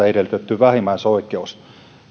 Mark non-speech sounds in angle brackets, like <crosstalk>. <unintelligible> edellytetyn vähimmäisoikeuden